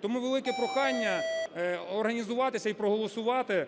Тому велике прохання організуватися і проголосувати